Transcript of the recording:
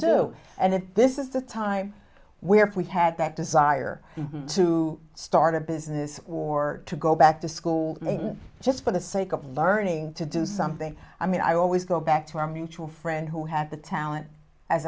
do and then this is the time where we had that desire to start a business or to go back to school maybe just for the sake of learning to do something i mean i always go back to our mutual friend who had the talent as